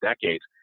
decades